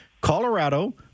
Colorado